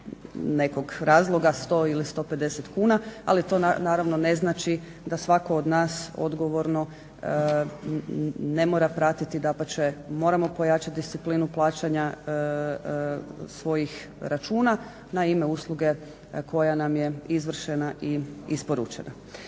nekog razloga 100 ili 150 kuna, ali to naravno ne znači da svatko od nas odgovorno ne mora pratiti, dapače moramo pojačati disciplinu plaćanja svojih računa na ime usluge koja nam je izvršena i isporučena.